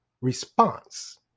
response